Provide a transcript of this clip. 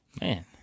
Man